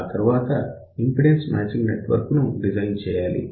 ఆ తర్వాత impedance matching network design చేయాలి